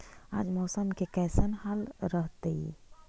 आज मौसम के कैसन हाल रहतइ?